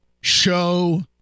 show